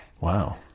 Wow